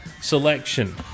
selection